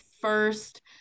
first